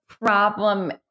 Problem